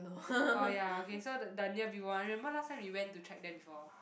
orh ya okay so the the near Vivo one I remember last time we went to check them before